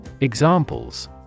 Examples